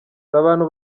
abantu